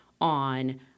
on